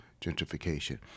gentrification